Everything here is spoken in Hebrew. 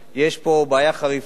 יש פה בעיה חריפה.